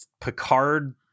Picard